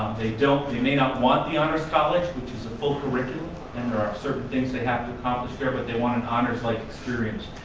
they don't they may not want the honors college, which is a full curriculum and there are certain things they have to accomplish there but they want an honors-like experience,